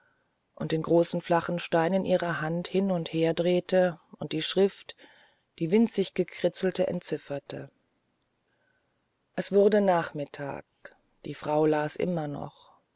und den großen flachen stein in ihrer hand hin und her drehte und die schrift die winzig gekritzelte entzifferte es wurde nachmittag die frau las immer noch